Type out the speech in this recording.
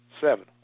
Seven